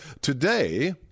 today